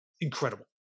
incredible